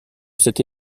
cette